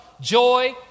joy